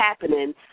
happening